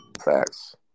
Facts